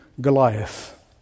Goliath